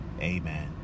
amen